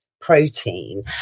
protein